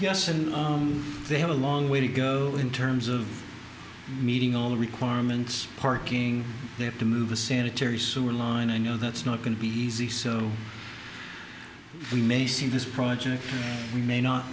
yes and they have a long way to go in terms of meeting all the requirements parking they have to move the sanitary sewer line and you know that's not going to be easy so we may see this project we may not